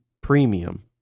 premium